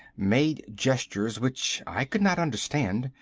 made gestures which i could not understand,